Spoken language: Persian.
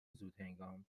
زودهنگام